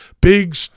big